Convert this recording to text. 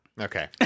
Okay